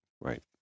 Right